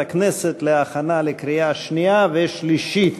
הכנסת להכנה לקריאה שנייה ושלישית.